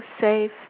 safe